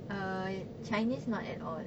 uh chinese not at all